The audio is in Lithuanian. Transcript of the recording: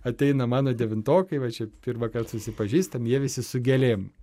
ateina mano devintokai va čia pirmą kartą susipažįstam jie visi su gėlėm